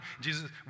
Jesus